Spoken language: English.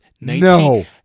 No